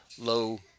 low